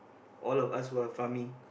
all of us who are farming